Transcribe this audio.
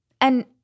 And-